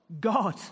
God